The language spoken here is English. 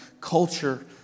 culture